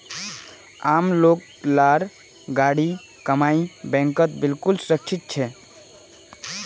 आम लोग लार गाढ़ी कमाई बैंकत बिल्कुल सुरक्षित छेक